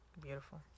Beautiful